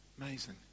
Amazing